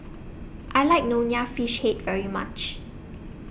I like Nonya Fish Head very much